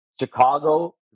Chicago